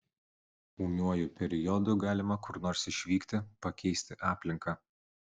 ūmiuoju periodu galima kur nors išvykti pakeisti aplinką